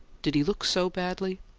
did he look so badly?